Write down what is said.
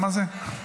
מה זה מכבד.